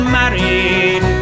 married